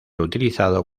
utilizado